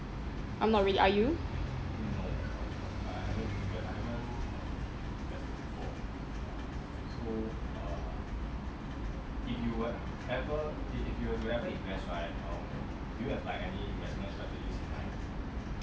I'm not really are you